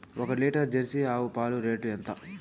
ఒక litre Jersey ఆవు పాలు రేటు ఎంత?